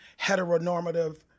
heteronormative